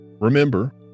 Remember